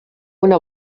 una